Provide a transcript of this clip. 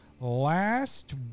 Last